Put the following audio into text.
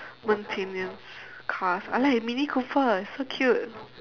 maintenance cars I like mini coopers so cute